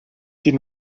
die